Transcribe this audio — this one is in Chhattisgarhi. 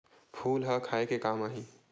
फूल ह खाये के काम आही?